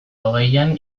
hogeian